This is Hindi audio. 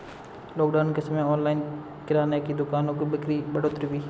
लॉकडाउन के समय ऑनलाइन किराने की दुकानों की बिक्री में बढ़ोतरी हुई है